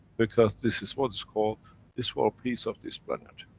because this is what is called is for peace of this planet.